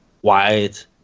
white